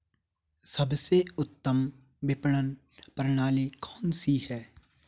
सबसे उत्तम विपणन प्रणाली कौन सी है?